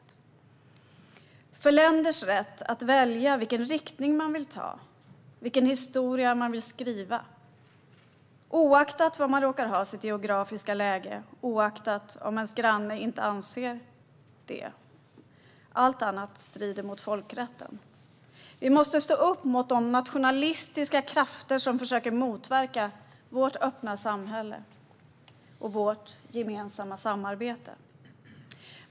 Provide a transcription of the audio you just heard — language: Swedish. Vi behöver stå upp för länders rätt att välja vilken riktning man vill ta, vilken historia man vill skriva - oavsett var man råkar ha sitt geografiska läge, oavsett om ens granne inte anser det. Allt annat strider mot folkrätten. Vi måste stå upp mot de nationalistiska krafter som försöker motverka vårt öppna samhälle och vårt samarbete.